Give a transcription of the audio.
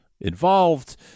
involved